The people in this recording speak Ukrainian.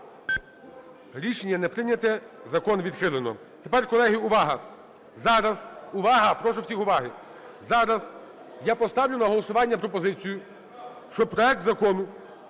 Рішення не прийнято. Закон відхилено.